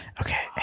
okay